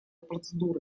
процедуры